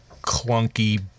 clunky